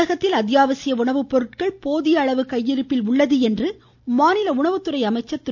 தமிழகத்தில் அத்தியாவசிய உணவுப்பொருள்கள் போதிய அளவு கையிருப்பில் உள்ளது என்று மாநில உணவுத்துறை அமைச்சர் திரு